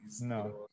No